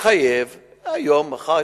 מתחייב היום, מחר.